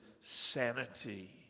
sanity